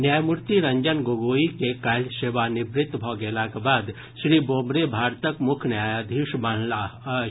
न्यायमूर्ति रंजन गोगोई के काल्हि सेवानिवृत्त भऽ गेलाक बाद श्री बोबड़े भारतक मुख्य न्यायाधीश बनलाह अछि